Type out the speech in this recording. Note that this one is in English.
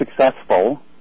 successful